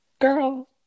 girl